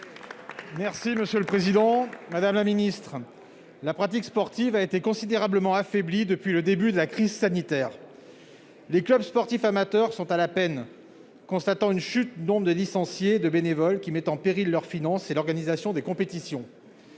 chargée des sports. Madame la ministre, la pratique sportive a été considérablement affaiblie depuis le début de la crise sanitaire. Les clubs sportifs amateurs sont à la peine : la chute du nombre de licenciés et de bénévoles met en péril leurs finances et l'organisation des compétitions.